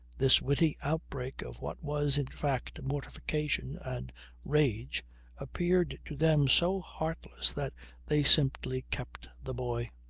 this witty outbreak of what was in fact mortification and rage appeared to them so heartless that they simply kept the boy.